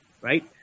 right